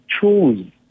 choose